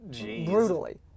Brutally